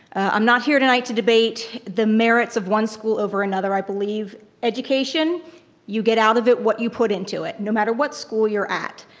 i'm not here tonight to debate the merits of one school over another. i believe education you get out of it what you put into it, no matter what school you're at.